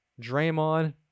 Draymond